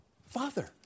Father